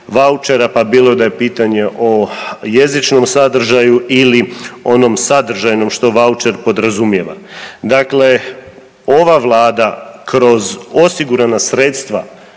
pa bilo da je pitanje o jezičnom sadržaju ili onom sadržajnom što voucher podrazumijeva. Dakle, ova Vlada kroz osigurana sredstva